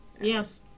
Yes